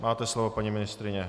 Máte slovo, paní ministryně.